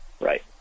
Right